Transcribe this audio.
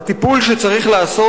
הטיפול שצריך לעשות,